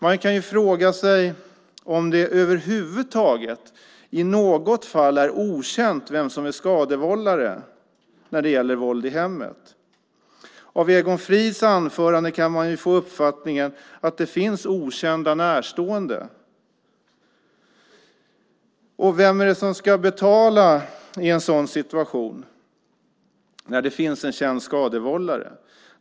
Man kan fråga sig om det över huvud taget i något fall är okänt vem som är skadevållare när det gäller våld i hemmet. Av Egon Frids anförande kan man få uppfattningen att det finns okända närstående. Vem är det som ska betala i en sådan situation, när det finns en känd skadevållare?